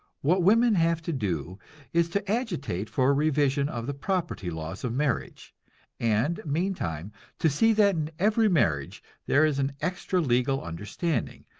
what women have to do is to agitate for a revision of the property laws of marriage and meantime to see that in every marriage there is an extra-legal understanding,